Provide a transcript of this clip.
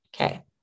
Okay